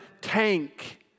tank